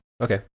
Okay